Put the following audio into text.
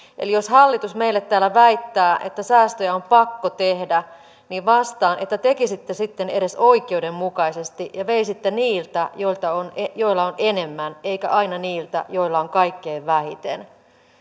jos hallitus meille täällä väittää että säästöjä on pakko tehdä niin vastaan että tekisitte sitten edes oikeudenmukaisesti ja veisitte niiltä joilla on joilla on enemmän ettekä aina niiltä joilla on kaikkein vähiten